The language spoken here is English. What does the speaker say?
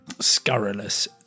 scurrilous